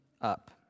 up